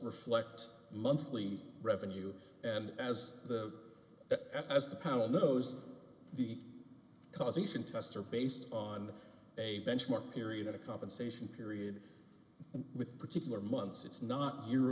reflects monthly revenue and as the f as the power of those the causation tests are based on a benchmark period a compensation period with particular months it's not y